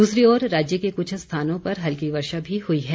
दूसरी ओर राज्य के कुछ स्थानों पर हल्की वर्षा भी हुई है